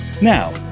Now